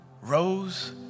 rose